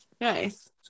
Nice